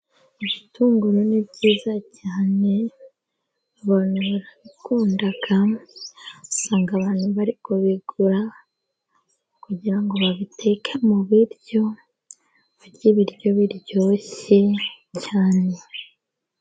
Ibitunguru ni byiza cyane, abantu barabikunda kandi usanga abantu bari kubigura kugira ngo babiteke mu biryo, barye ibiryo biryoshye cyane.